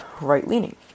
right-leaning